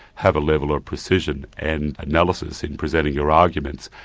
have a level of precision and analysis in presenting your arguments,